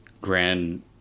grand